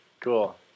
Cool